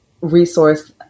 resource